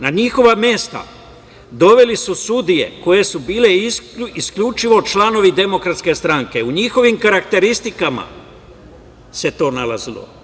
Na njihova mesta doveli su sudije koje su bile isključivo članovi Demokratske stranke, u njihovim karakteristikama se to nalazilo.